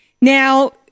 Now